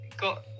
got